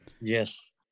Yes